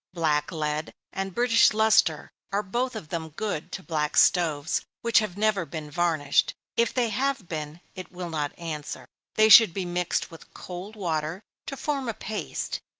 black lead and british lustre are both of them good to black stoves which have never been varnished if they have been, it will not answer. they should be mixed with cold water, to form a paste,